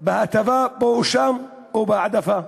בהטבה פה ושם או בהעדפה.